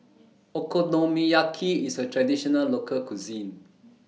Okonomiyaki IS A Traditional Local Cuisine